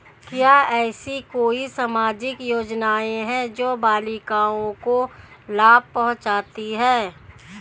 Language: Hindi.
क्या ऐसी कोई सामाजिक योजनाएँ हैं जो बालिकाओं को लाभ पहुँचाती हैं?